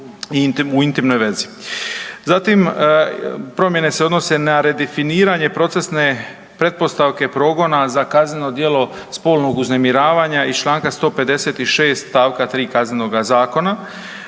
u intimnoj vezi. Zatim, promjene se odnose na redefiniranje procesne pretpostavke progona za kazneno djelo spolnog uznemiravanja iz čl. 156 st. 3 Kaznenoga zakona.